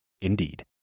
Indeed